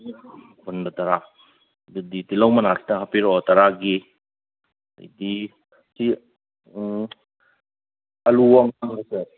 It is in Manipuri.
ꯃꯄꯨꯟꯗ ꯇꯔꯥ ꯑꯗꯨꯗꯤ ꯇꯤꯜꯍꯧ ꯃꯅꯥ ꯈꯤꯇ ꯍꯥꯞꯄꯤꯔꯛꯑꯣ ꯇꯔꯥꯒꯤ ꯑꯗꯩꯗꯤ ꯁꯤ ꯑꯂꯨ ꯑꯉꯥꯡꯕꯁꯦ